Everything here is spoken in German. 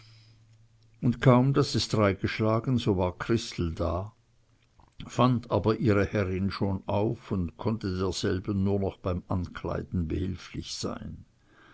und kaum daß es drei geschlagen so war christel da fand aber ihre herrin schon auf und konnte derselben nur noch beim ankleiden behilflich sein